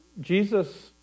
Jesus